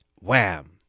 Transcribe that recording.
Wham